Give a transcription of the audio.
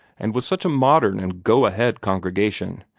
and with such a modern and go-ahead congregation,